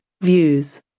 views